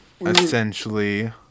essentially